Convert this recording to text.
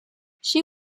she